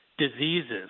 Diseases